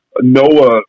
Noah